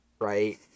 right